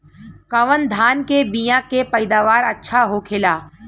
कवन धान के बीया के पैदावार अच्छा होखेला?